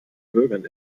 bürgern